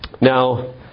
Now